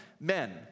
Men